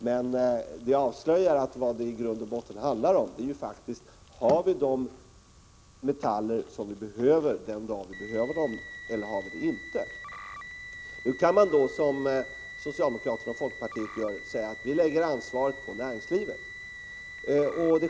Men det avslöjar att vad det i grund och botten handlar om faktiskt är om vi har de metaller vi behöver den dag vi behöver dem, eller om vi inte har dem. Man kan, som socialdemokrater och folkpartister gör, säga att vi lägger ansvaret på näringslivet.